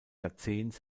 jahrzehnts